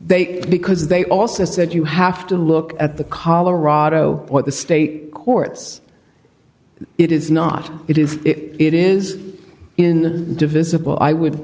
they because they also said you have to look at the colorado what the state courts it is not it is it is in the divisible i would